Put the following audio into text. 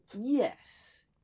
Yes